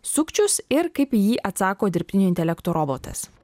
sukčius ir kaip į jį atsako dirbtinio intelekto robotas